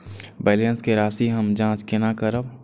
Balance के राशि हम जाँच केना करब?